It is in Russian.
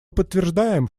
подтверждаем